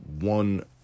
one